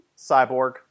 Cyborg